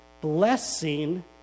Blessing